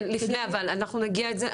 כן, לפני אבל, אנחנו נגיע לזה.